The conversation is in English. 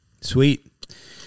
Sweet